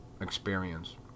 experience